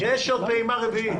יש עוד פעימה רביעית.